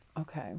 Okay